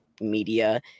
media